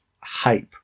hype